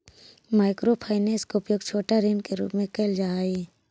micro finance के उपयोग छोटा ऋण के रूप में कैल जा हई